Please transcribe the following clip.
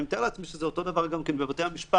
מתאר לעצמי שזה אותו דבר גם בבתי המשפט